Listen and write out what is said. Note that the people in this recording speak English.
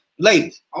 Ladies